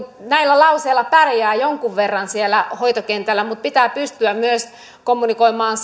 näillä lauseilla pärjää jonkin verran siellä hoitokentällä mutta pitää pystyä myös kommunikoimaan